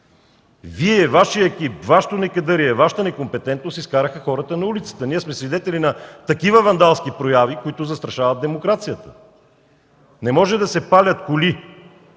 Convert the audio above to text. Вие, Вашият екип, Вашето некадърие, Вашата некомпетентност изкараха хората на улицата. Ние сме свидетели на такива вандалски прояви, които застрашават демокрацията. Не може да се палят коли,